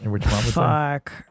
Fuck